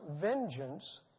vengeance